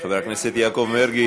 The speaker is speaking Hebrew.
חבר הכנסת יעקב מרגי.